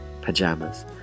pajamas